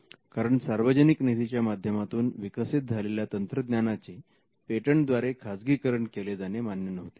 कारण सार्वजनिक निधीच्या माध्यमातून विकसित झालेल्या तंत्रज्ञानाचे पेटंट द्वारे खाजगीकरण केले जाणे मान्य नव्हते